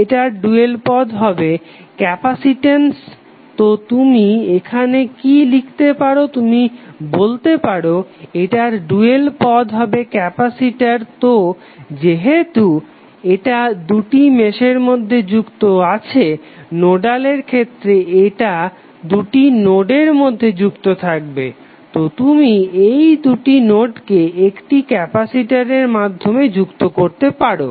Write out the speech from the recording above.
এটার ডুয়াল পদ হবে ক্যাপাসিটেন্স তো তুমি এখানে কি লিখতে পারো তুমি বলতে পারো এটার ডুয়াল পদ হবে ক্যাপাসিটর তো যেহেতু এটা দুটি মেশের মধ্যে যুক্ত আছে নোডালের ক্ষেত্রে এটা দুটি নোডের মধ্যে যুক্ত থাকবে তো তুমি এই দুটি নোডকে একটি ক্যাপাসিটরের মাধ্যমে যুক্ত করতে পারো